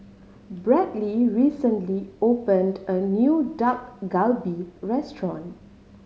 Bradly recently opened a new Dak Galbi Restaurant